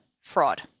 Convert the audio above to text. fraud